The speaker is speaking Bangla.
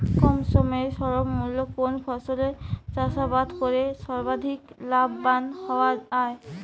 কম সময়ে স্বল্প মূল্যে কোন ফসলের চাষাবাদ করে সর্বাধিক লাভবান হওয়া য়ায়?